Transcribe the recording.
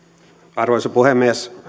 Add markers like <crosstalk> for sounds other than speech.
arvoisa puhemies <unintelligible>